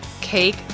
cake